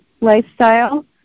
lifestyle